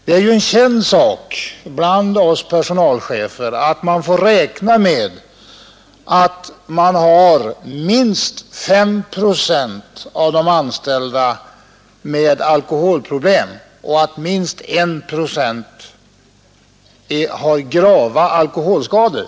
Det är ju en känd sak bland oss personalchefer att man får räkna med att minst fem procent av de anställda har alkoholproblem och att minst en procent har grava alkoholskador.